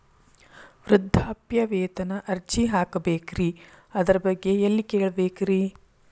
ವೃದ್ಧಾಪ್ಯವೇತನ ಅರ್ಜಿ ಹಾಕಬೇಕ್ರಿ ಅದರ ಬಗ್ಗೆ ಎಲ್ಲಿ ಕೇಳಬೇಕ್ರಿ?